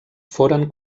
foren